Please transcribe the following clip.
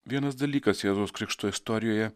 vienas dalykas jėzaus krikšto istorijoje